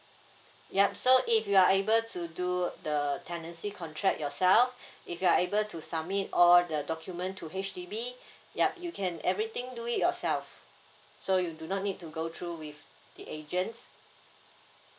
yup so if you are able to do the tenancy contract yourself if you are able to submit all the document to H_D_B yup you can everything do it yourself so you do not need to go through with the agents